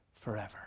forever